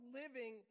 living